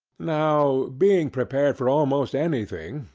now, being prepared for almost anything,